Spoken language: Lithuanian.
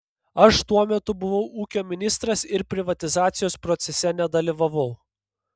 aš tuo metu buvau ūkio ministras ir privatizacijos procese nedalyvavau